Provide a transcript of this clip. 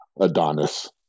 Adonis